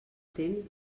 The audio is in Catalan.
temps